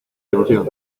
devoción